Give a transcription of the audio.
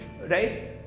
right